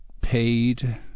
paid